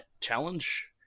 Challenge